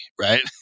Right